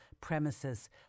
premises